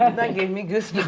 um that gave me goose